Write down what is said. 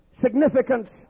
significance